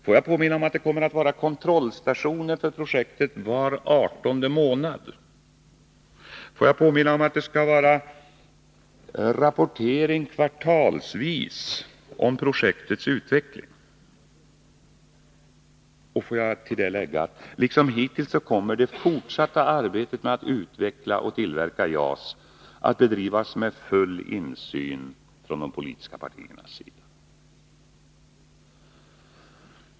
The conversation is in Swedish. Får jag påminna om att det kommer att vara kontrollstationer för projektet var artonde månad. Får jag påminna om att det skall vara rapportering kvartalsvis om projektets utveckling. Till detta vill jag lägga att liksom hittills varit fallet kommer det fortsatta arbetet med att utveckla och tillverka JAS att bedrivas med full insyn från de politiska partiernas sida.